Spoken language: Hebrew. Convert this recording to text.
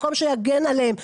מקום שיגן עליהם.